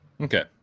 Okay